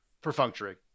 perfunctory